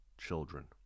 children